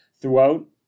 throughout